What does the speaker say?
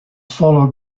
followed